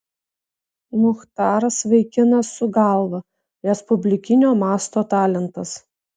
muchtaras vaikinas su galva respublikinio masto talentas